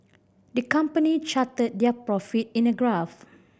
the company charted their profit in a graph